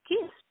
gift